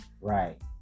right